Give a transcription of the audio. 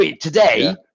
Today